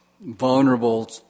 vulnerable